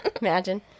imagine